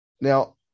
Now